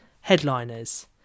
headliners